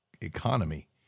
economy